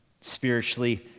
spiritually